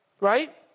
Right